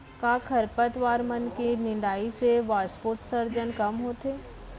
का खरपतवार मन के निंदाई से वाष्पोत्सर्जन कम होथे?